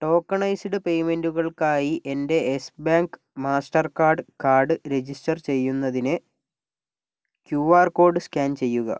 tokenised പേയ്മെൻറ്റുകൾക്കായി എൻ്റെ Yes Bank Mastercard card register ചെയ്യുന്നതിന് ക്യു ആർ കോഡ് സ്കാൻ ചെയ്യുക